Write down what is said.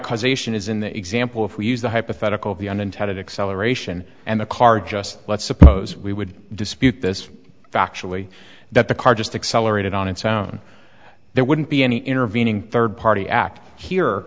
causation is in the example if we use the hypothetical the unintended acceleration and the car just let's suppose as we would dispute this factually that the car just accelerated on its own there wouldn't be any intervening third party act here